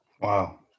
Wow